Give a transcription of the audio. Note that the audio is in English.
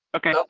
okay.